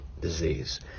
disease